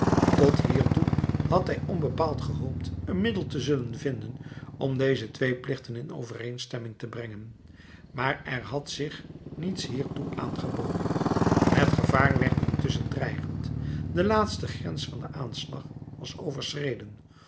tot hiertoe had hij onbepaald gehoopt een middel te zullen vinden om deze twee plichten in overeenstemming te brengen maar er had zich niets hiertoe aangeboden het gevaar werd intusschen dreigend de laatste grens van den aanslag was overschreden